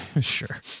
Sure